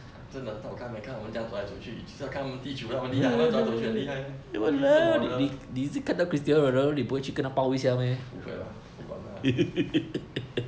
真的带我看他们走来走去就是要看他们踢球哪厉害他们走来走去也厉害又不是不会 lah 不管他